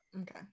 okay